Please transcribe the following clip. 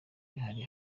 bihari